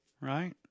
right